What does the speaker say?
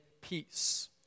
peace